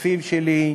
והשותפים שלי: